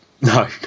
no